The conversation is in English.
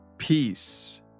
Peace